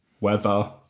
weather